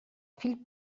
fill